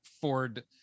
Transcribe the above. Ford